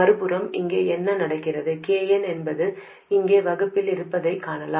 மறுபுறம் இங்கே என்ன நடக்கிறது kn என்பது இங்கே வகுப்பில் இருப்பதைக் காணலாம்